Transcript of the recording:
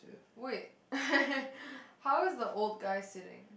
wait how is the old guy sitting